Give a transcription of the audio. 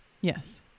yes